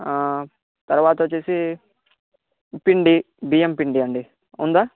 తర్వాత వచ్చేసి పిండి బియ్యం పిండి అండి ఉందా